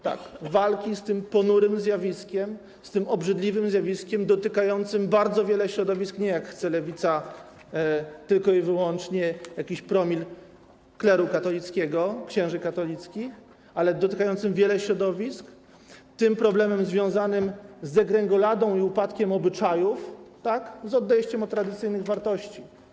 Tak, walki z tym ponurym zjawiskiem, z tym obrzydliwym zjawiskiem dotykającym bardzo wielu środowisk, nie - jak chce Lewica - tylko i wyłącznie jakiegoś promila kleru katolickiego, księży katolickich, ale dotykającym wielu środowisk, walki z tym problemem związanym z degrengoladą i upadkiem obyczajów, z odejściem od tradycyjnych wartości.